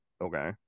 okay